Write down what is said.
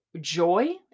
joy